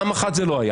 לא.